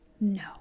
No